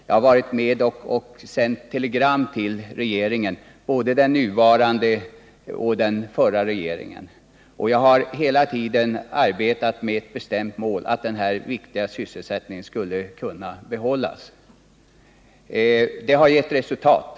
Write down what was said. Jag har varit med om att sända telegram till regeringen — både den nuvarande och den förra. Hela tiden har jag arbetat med ett bestämt mål: att denna viktiga sysselsättning skulle kunna behållas. Och det har givit resultat.